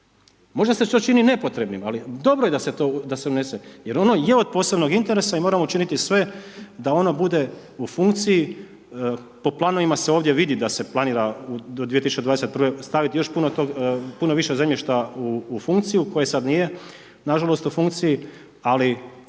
Možda se to čini nepotrebnim, ali dobro je da se to unese, jer ono je od posebnog interesa i moramo učiniti sve da ona bude u funkciji po planovima se ovdje vidi da se planira do 2021. staviti još puno više zemljišta u funkciju koji sada nije nažalost u funkciji, ali